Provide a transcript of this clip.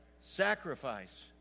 Sacrifice